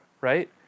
right